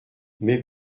mais